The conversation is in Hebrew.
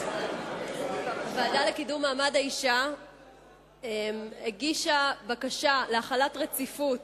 הוועדה לקידום מעמד האשה הגישה בקשה להחלת רציפות